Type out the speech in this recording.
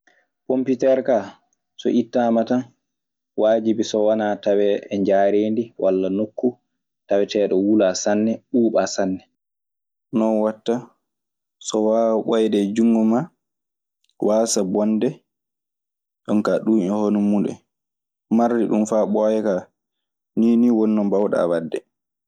Pompiter kaa so ittamma tan waajibi so wanaa tawee e njaareendi walla nokku tawetee ɗo wulaa sanne, ɓuuɓaa sanne. Non waɗta so waawa ɓooyde e junngo ma, waasa bonde. jonkaa ɗun e hono mun en; Marde ɗun faa ɓooya kaa. Nii nii woni no mbaawɗaa waɗde.